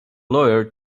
lawyer